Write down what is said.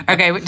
Okay